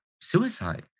suicide